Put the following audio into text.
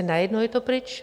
Najednou je to pryč.